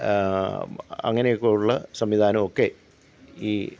അങ്ങനെയൊക്കെ ഉള്ള സംവിധാനം ഒക്കെ ഈ